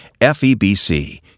FEBC